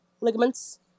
ligaments